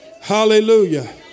Hallelujah